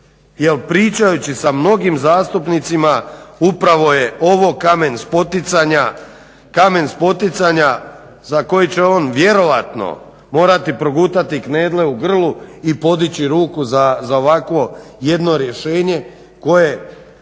pričajući sa mnogim zastupnicima upravo je ovo kamen spoticanja za koji će on vjerojatno morati progutati knedle u grlu i podići ruku za ovakvo jedno rješenje koje